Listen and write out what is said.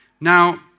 Now